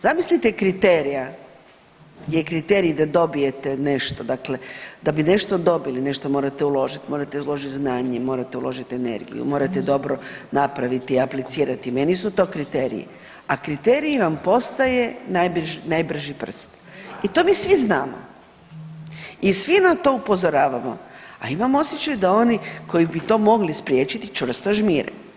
Zamislite kriterija di je kriterij da dobijete nešto, dakle da bi nešto dobili, nešto morate uložiti, morate uložiti znanje, morate uložiti energiju, morate dobro napraviti, aplicirati, meni su to kriteriji, a kriterij vam postaje najbrži prst i to mi svi znamo i svi na to upozoravamo, a imam osjećaj da oni koji bi to mogli spriječiti čvrsto žmire.